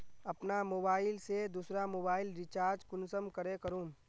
अपना मोबाईल से दुसरा मोबाईल रिचार्ज कुंसम करे करूम?